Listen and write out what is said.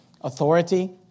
authority